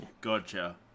Gotcha